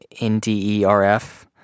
NDERF